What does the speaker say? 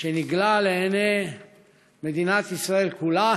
שנגלה לעיני מדינת ישראל כולה